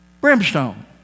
brimstone